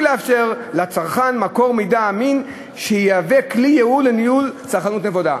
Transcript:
לאפשר לצרכן מקור מידע אמין שיהווה כלי יעיל לניהול צרכנות נבונה.